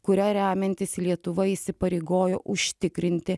kuria remiantis lietuva įsipareigojo užtikrinti